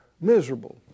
miserable